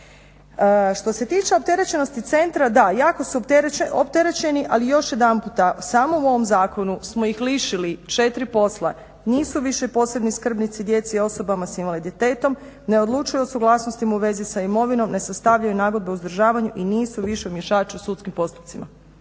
Što se tiče opterećenosti centra, da, jako su opterećeni ali još jedanputa samo u ovom zakonu smo ih lišili 4 posla, nisu više posebni skrbnici djeci, osobama s invaliditetom, ne odlučuju o suglasnosti u vezi s imovinom, ne sastavljaju nagodbe o uzdržavanju i nisu više mješači u sudskim postupcima,